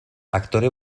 aktore